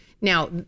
Now